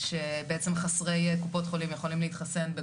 שבעצם חסרי קופות חולים יכולים להתחסן.